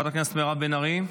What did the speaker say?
חברת הכנסת מירב בן ארי,